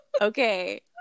Okay